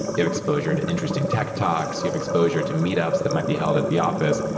you have exposure to interesting tech talks. you have exposure to meet ups that might be held at the office.